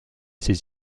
ses